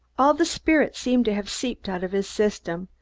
all the spirit seemed to have seeped out of his system,